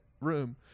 room